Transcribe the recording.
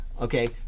Okay